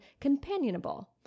companionable